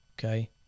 Okay